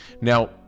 Now